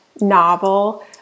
novel